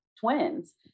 twins